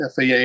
FAA